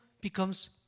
becomes